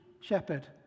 shepherd